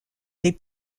les